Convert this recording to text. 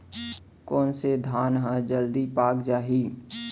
कोन से धान ह जलदी पाक जाही?